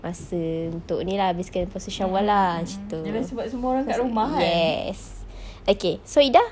masa untuk ini lah basically pasal syawal lah gitu yes okay so ida